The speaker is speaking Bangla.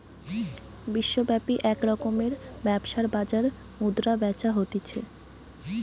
বিশ্বব্যাপী এক রকমের ব্যবসার বাজার মুদ্রা বেচা হতিছে